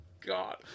God